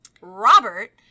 Robert